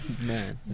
Man